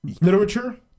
Literature